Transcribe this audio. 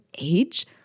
age